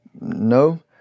No